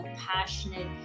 passionate